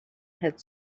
had